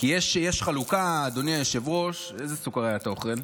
יש חלוקה, אדוני היושב-ראש, איזו סוכריה אתה אוכל?